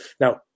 Now